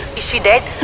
she dead?